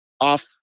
off